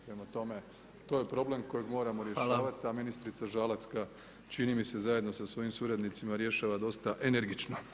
Prema tome, to je problem kojeg moramo rješavati, [[Upadica predsjednik: Hvala.]] , a ministrica Žalac ga, čini mi se, zajedno sa svojim suradnicima rješava dosta energično.